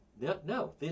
no